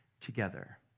together